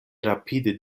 rapide